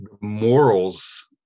morals